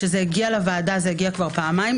זה הגיע לוועדה כבר פעמיים.